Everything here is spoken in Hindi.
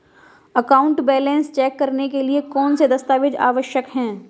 अकाउंट बैलेंस चेक करने के लिए कौनसे दस्तावेज़ आवश्यक हैं?